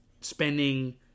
spending